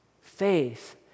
Faith